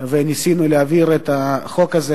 וניסינו להעביר את החוק הזה,